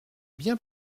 bien